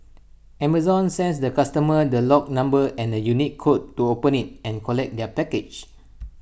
Amazon sends the customer the lock number and unique code to open IT and collect their package